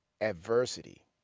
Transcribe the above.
adversity